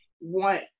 want